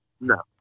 No